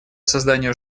созданию